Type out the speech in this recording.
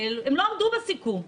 הם לא עמדו בסיכום.